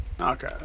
Okay